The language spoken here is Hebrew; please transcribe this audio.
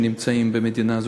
שנמצאים במדינה הזאת,